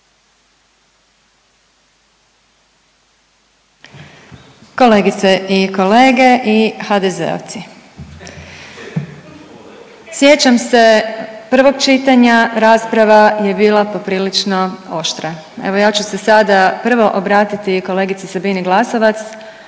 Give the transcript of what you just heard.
Kolegice i kolege i HDZ-ovci. Sjećam se prvog čitanja, rasprava je bila poprilično oštra. Evo, ja ću se sada prvo obratiti kolegici Sabini Glasovac